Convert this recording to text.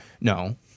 No